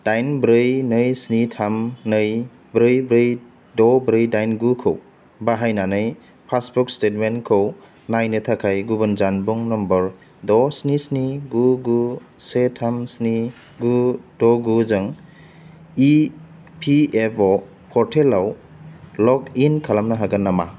दाइन ब्रै नै स्नि थाम नै ब्रै ब्रै द' ब्रै दाइन गुखौ बाहायनानै पासबुक स्टेटमेनखौ नायनो थाखाय गुबुन जानबुं नम्बर द' स्नि स्नि गु गु से थाम स्नि गु द' गुजों इ पि एफ अ पर्टेलाव लगइन खालामनो हागोन नामा